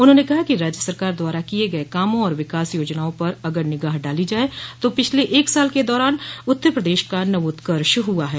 उन्होंने कहा कि राज्य सरकार द्वारा किये गये कामों और विकास योजनाओं पर अगर निगाह डाली जाये तो पिछले एक साल के दारान उत्तर प्रदेश का नवोत्कर्ष हुआ है